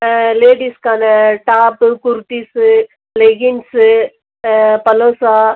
லேடீஸுக்கான top kurtis leggings palazzo